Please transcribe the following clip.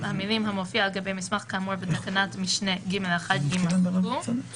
המילים "המופיע על גבי מסמך כאמור בתקנת משנה (ג)(1)" יימחקו.